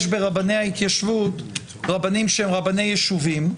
יש ברבני ההתיישבות רבנים שהם רבני יישובים,